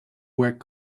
work